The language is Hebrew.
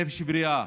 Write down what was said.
"נפש בריאה",